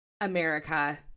America